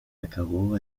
acabó